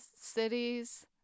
cities